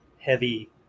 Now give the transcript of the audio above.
heavy